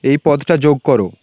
এই পদটা যোগ করো